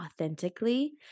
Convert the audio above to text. authentically